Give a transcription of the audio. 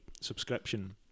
subscription